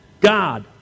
God